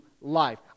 life